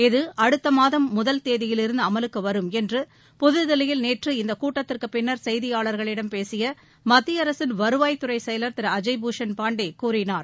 இது அடுத்த மாதம் முதல் தேதியிலிருந்து அமலுக்கு வரும் என்று புதுதில்லியில் நேற்று இந்தக் கூட்டத்திற்குப் பின்னர் செய்தியாளர்களிடம் பேசிய மத்திய அரசின் வருவாய் துறை செயலர் திரு அழ்ய்பூஷன் பாண்டே கூறினார்